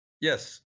Yes